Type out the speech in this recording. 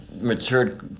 matured